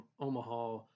Omaha